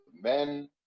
men